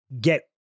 get